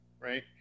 right